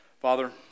Father